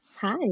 Hi